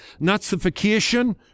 Nazification